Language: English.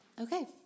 Okay